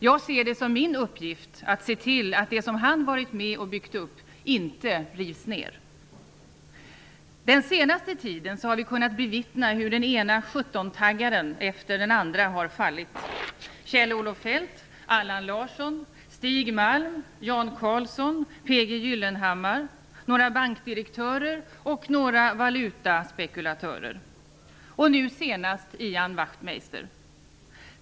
Jag ser det som min uppgift att se till att det som han har varit med om att bygga upp inte rivs ner. Den senaste tiden har vi kunnat bevittna hur den ena ''17-taggaren'' efter den andra har fallit: Kjell P.G. Gyllenhammar, några bankdirektörer, några valutaspekulatörer och nu senast Ian Wachtmeister.